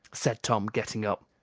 said tom, getting up,